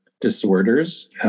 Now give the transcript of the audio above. disorders